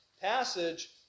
passage